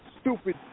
stupid